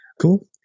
Cool